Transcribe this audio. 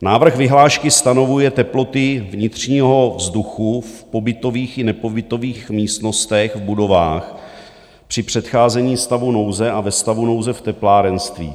Návrh vyhlášky stanovuje teploty vnitřního vzduchu v pobytových i nepobytových místnostech v budovách při předcházení stavu nouze a ve stavu nouze v teplárenství.